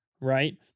right